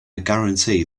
guarantee